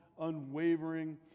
unwavering